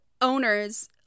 owners